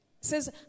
says